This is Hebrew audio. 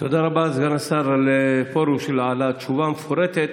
תודה רבה לסגן השר פרוש על התשובה המפורטת,